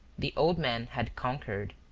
the old man had conquered.